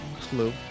Clue